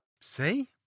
See